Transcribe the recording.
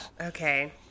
Okay